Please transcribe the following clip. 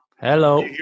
Hello